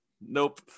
Nope